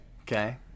Okay